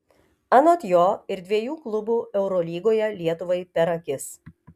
anot jo ir dviejų klubų eurolygoje lietuvai per akis